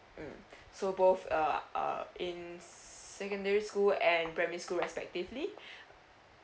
mm so both uh uh in secondary school and primary school respectively